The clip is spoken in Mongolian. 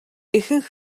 ихэнх